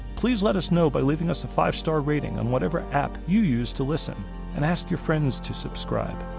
please let us know by leaving us a five-star rating on whatever app you use to listen and ask your friends to subscribe.